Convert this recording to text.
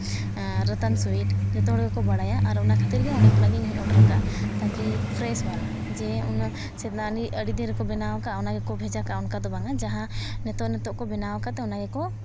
Ratan sweets ᱡᱚᱛᱚ ᱦᱚᱲ ᱜᱮᱠᱚ ᱵᱟᱲᱟᱭᱟ ᱟᱨ ᱚᱱᱟ ᱠᱷᱟᱹᱛᱤᱨ ᱜᱮ ᱚᱸᱰᱮ ᱠᱷᱚᱱᱟᱜᱮ ᱤᱧ ᱦᱚᱸᱧ ᱚᱰᱟᱨ ᱟᱠᱟᱜᱼᱟ ᱛᱟᱹᱠᱤ ᱯᱷᱨᱮᱥ ᱵᱟᱞᱟ ᱡᱮ ᱚᱱᱟ ᱪᱮ ᱚᱱᱟ ᱟᱹᱰᱤ ᱫᱤᱱ ᱨᱮᱠᱚ ᱵᱮᱱᱟᱣ ᱟᱠᱜᱼᱟ ᱚᱱᱟᱜᱮᱠᱚ ᱵᱷᱮᱡᱟ ᱠᱟᱜᱼᱟ ᱚᱱᱠᱟ ᱫᱚ ᱵᱟᱝ ᱟ ᱡᱟᱦᱟᱸ ᱱᱤᱛᱚᱜ ᱱᱤᱛᱚᱜ ᱠᱚ ᱵᱮᱱᱟᱣ ᱟᱠᱫᱟ ᱚᱱᱟᱜᱮ ᱠᱚ